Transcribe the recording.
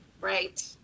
Right